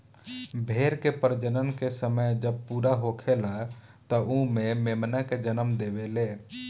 भेड़ के प्रजनन के समय जब पूरा होखेला त उ मेमना के जनम देवेले